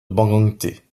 bangangté